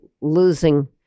losing